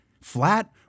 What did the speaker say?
flat